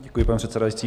Děkuji, pane předsedající.